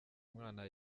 mwana